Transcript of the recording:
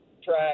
track